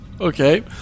Okay